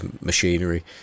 machinery